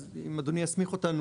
אז אם אדוני יסמיך אותנו,